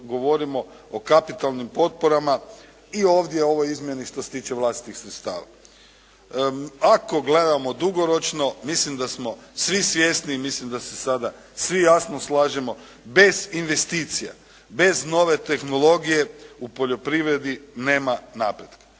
govorimo o kapitalnim potporama i ovdje u ovoj izmjeni što se tiče vlastitih sredstava. Ako gledamo dugoročno mislim da smo svi svjesni i mislim da se sada svi jasno slažemo bez investicija, bez nove tehnologije u poljoprivredi nema napretka